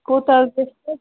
کوٗتاہ حظ گژھِ پتہٕ